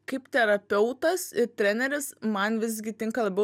kaip terapeutas ir treneris man visgi tinka labiau